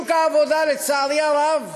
ושוק העבודה, לצערי הרב,